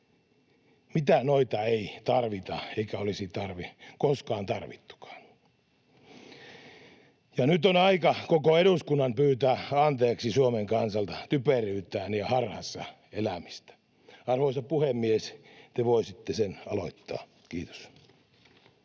Mitään noista ei tarvita eikä olisi koskaan tarvittukaan. Ja nyt on aika koko eduskunnan pyytää anteeksi Suomen kansalta typeryyttään ja harhassa elämistä. Arvoisa puhemies, te voisitte sen aloittaa. — Kiitos.